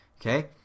Okay